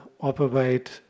operate